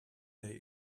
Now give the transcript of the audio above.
they